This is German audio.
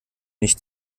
nicht